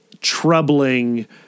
troubling